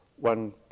one